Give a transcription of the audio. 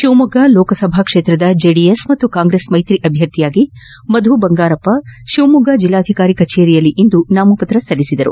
ಶಿವಮೊಗ್ಗ ಲೋಕಸಭಾ ಕ್ಷೇತ್ರದ ಜೆಡಿಎಸ್ ಹಾಗೂ ಕಾಂಗ್ರೆಸ್ ಮೈತ್ರಿ ಅಭ್ಯರ್ಥಿಯಾಗಿ ಮಧು ಬಂಗಾರಪ್ಪ ಶಿವಮೊಗದ ಜಿಲ್ಲಾಧಿಕಾರಿ ಕಚೇರಿಯಲ್ಲಿ ಇಂದು ನಾಮಪತ್ರ ಸಲ್ಲಿಸಿದರು